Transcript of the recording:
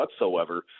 whatsoever